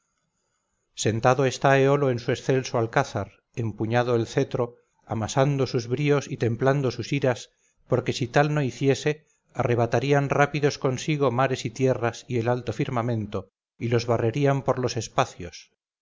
sentado está éolo en su excelso alcázar empuñado el cetro amasando sus bríos y templando sus iras porque si tal no hiciese arrebatarían rápidos consigo mares y tierras y el alto firmamento y los barrerían por los espacios